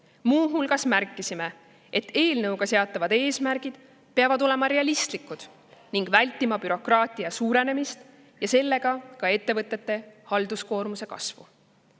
Muu hulgas märkisime, et eelnõuga seatavad eesmärgid peavad olema realistlikud ning vältima [peab] bürokraatia suurenemist ja ettevõtete halduskoormuse kasvu.